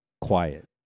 quiet